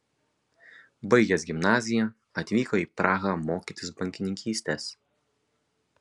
baigęs gimnaziją atvyko į prahą mokytis bankininkystės